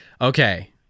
Okay